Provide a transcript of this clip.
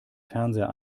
fernseher